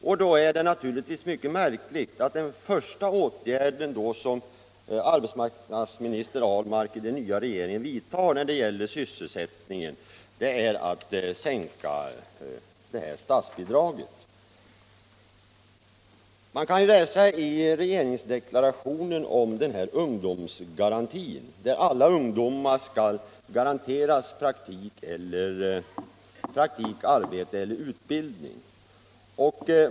Därför är det mycket märkligt att den första åtgärd som arbetsmarknadsminister Ahlmark i den nya regeringen vidtar när det gäller sysselsättningen är att sänka de här statsbidragen. Man kan i regeringsdeklarationen läsa om den ungdomsgaranti, enligt vilken alla ungdomar skall garanteras praktik, arbete eller utbildning.